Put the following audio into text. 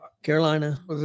Carolina